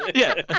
yeah.